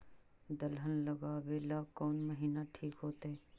दलहन लगाबेला कौन महिना ठिक होतइ?